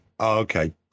Okay